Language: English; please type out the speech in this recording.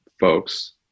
folks